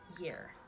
year